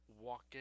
walking